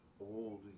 old